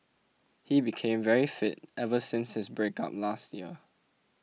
he became very fit ever since his breakup last year